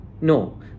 No